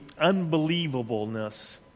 unbelievableness